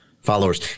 followers